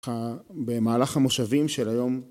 במהלך המושבים של היום